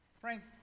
Frank